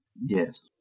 Yes